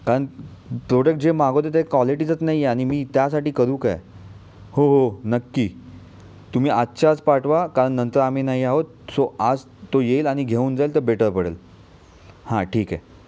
कारण प्रोड्क्ट जे मागवतो ते क्वालिटीचंच नाही आणि मी त्यासाठी करू काय हो हो नक्की तुम्ही आजच्या आज पाठवा कारण नंतर आम्ही नाही आहोत सो आज तो येईल आणि घेऊन जाईल ते बेटर पडेल हा ठीक आहे